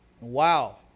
Wow